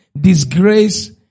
disgrace